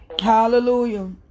Hallelujah